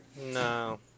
No